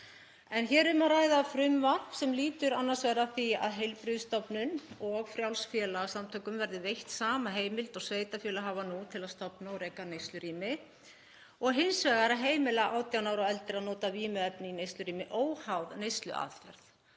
En hér er um að ræða frumvarp sem lýtur annars vegar að því að heilbrigðisstofnunum og frjálsum félagasamtökum verði veitt sama heimild og sveitarfélög hafa nú til að stofna og reka neyslurými og hins vegar að heimila 18 ára og eldri að nota vímuefni í neyslurýmum óháð neysluaðferð.